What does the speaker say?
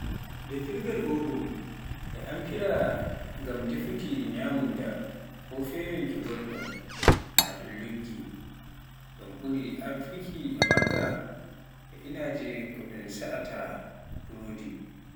defirgal Oven e amfira ngam defuuki nyamunda ko poweenki ngoɗɗum naa ɗun luggi. Ɗun ɗuri amfirki e manga e inaaje ko ɗun sa'ata buroodi.